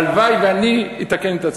הלוואי שאני אתקן את עצמי.